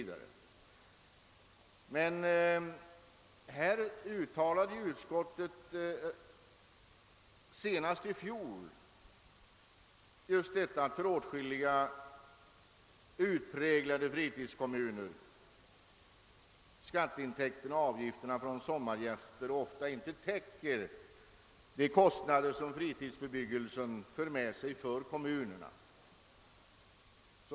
Utskottet uttalade emellertid senast i fjol just att för åtskilliga utpräglade = fritidskommuner skatteintäkten och avgifterna från sommargäster ofta inte täcker de kostnader som fritidsbebyggelsen för med sig för dem.